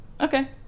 okay